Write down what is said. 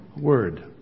Word